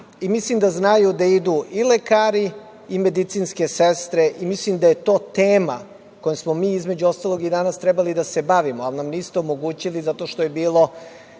i mislim da znaju gde idu i lekari i medicinske sestre i mislim da je to tema kojom smo mi, između ostalog, i danas trebali da se bavimo, ali nam niste omogućili, zato što ste tako